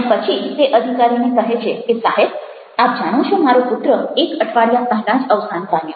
અને પછી તે અધિકારીને કહે છે કે સાહેબ આપ જાણો છો મારો પુત્ર એક અઠવાડિયા પહેલાં જ અવસાન પામ્યો